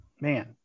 man